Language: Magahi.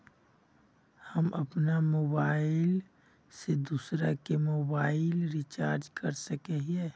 हम अपन मोबाईल से दूसरा के मोबाईल रिचार्ज कर सके हिये?